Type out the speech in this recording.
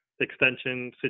extension